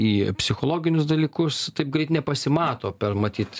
į psichologinius dalykus taip greit nepasimato per matyt